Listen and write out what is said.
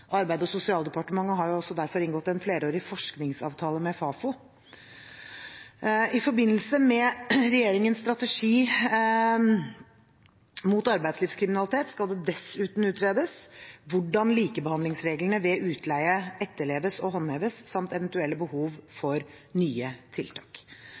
Arbeids- og sosialdepartementet har derfor også inngått en flerårig forskningsavtale med Fafo. I forbindelse med regjeringens strategi mot arbeidslivskriminalitet skal det dessuten utredes hvordan likebehandlingsreglene ved utleie etterleves og håndheves samt eventuelle behov for nye tiltak.